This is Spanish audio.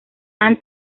han